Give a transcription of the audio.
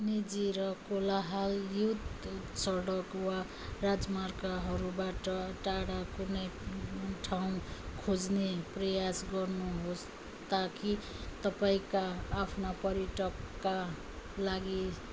निजी र कोलाहलयुक्त सडक वा राजमार्गहरूबाट टाढा कुनै ठाउँ खोज्ने प्रयास गर्नुहोस् ताकि तपाईँँका आफ्ना पर्यटकका लागि